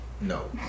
No